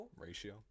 ratio